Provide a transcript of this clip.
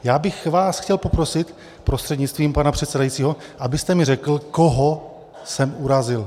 Já bych vás chtěl poprosit prostřednictvím pana předsedajícího, abyste mi řekl, koho jsem urazil.